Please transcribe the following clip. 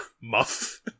Muff